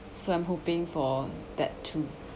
so I'm hoping for that too